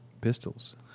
pistols